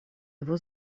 его